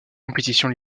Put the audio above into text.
compétitions